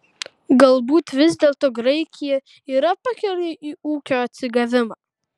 galbūt vis dėlto graikija yra pakeliui į ūkio atsigavimą